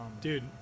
dude